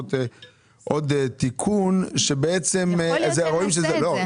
לעשות עוד תיקון שבעצם זה רואים -- יכול להיות שנעשה את זה,